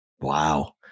Wow